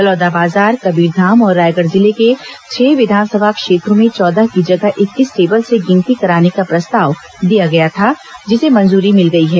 बलौदाबाजार कबीरधाम और रायगढ़ जिले के छह विधानसभा क्षेत्रों में चौदह की जगह इक्कीस टेबल से गिनती कराने का प्रस्ताव दिया गया था जिसे मंजूरी मिल गई है